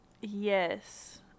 Yes